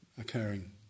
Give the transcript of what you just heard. occurring